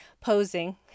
posing